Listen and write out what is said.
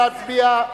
נא להצביע.